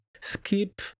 Skip